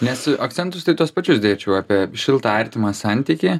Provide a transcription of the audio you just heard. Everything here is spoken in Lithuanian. nes akcentus tai tuos pačius dėčiau apie šiltą artimą santykį